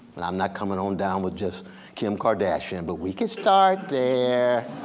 and i'm not coming on down with just kim kardashian, but we can start there.